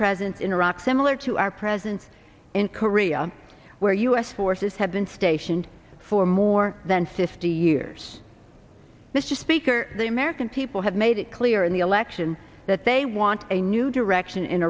presence in iraq similar to our presence in korea where u s forces have been stationed for more than fifty years mr speaker the american people have made it clear in the election that they want a new direction in